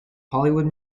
hollywood